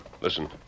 listen